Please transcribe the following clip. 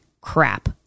crap